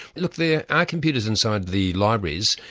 look, there are computers inside the libraries,